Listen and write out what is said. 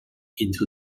into